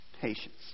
patience